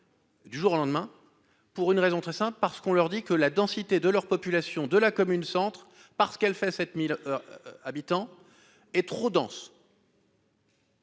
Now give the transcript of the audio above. Du jour au lendemain, pour une raison très simple, parce qu'on leur dit que la densité de leur population de la commune centre parce qu'elle fait 7000 habitants est trop dense.